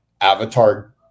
avatar